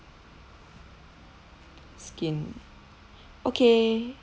skin okay